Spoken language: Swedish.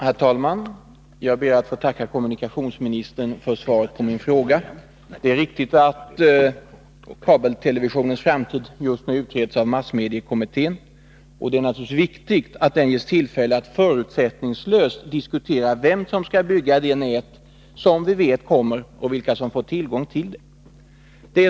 Herr talman! Jag ber att få tacka kommunikationsministern för svaret på min fråga. Det är riktigt att kabeltelevisionens framtid just nu utreds av massmediekommittén, och det är naturligtvis viktigt att den ges tillfälle att förutsättningslöst diskutera vem som skall bygga det nät som vi vet kommer och vilka som får tillgång till det.